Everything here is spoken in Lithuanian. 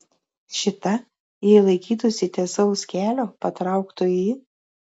šita jei laikytųsi tiesaus kelio patrauktų į